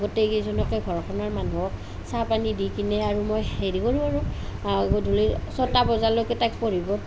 গোটেই কেইজনকে ঘৰখনৰ মানুহক চাহ পানী দি কিনে আৰু মই হেৰি কৰোঁ আৰু গধূলি ছটা বজালৈকে তাইক পঢ়িব